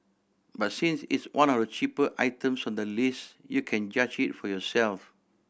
but since it's one of the cheaper items on the list you can judge it for yourself